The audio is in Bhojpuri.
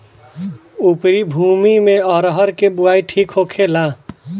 उपरी भूमी में अरहर के बुआई ठीक होखेला?